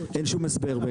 אין שום הסבר.